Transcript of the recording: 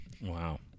Wow